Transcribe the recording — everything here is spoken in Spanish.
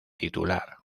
titular